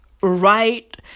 right